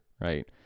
right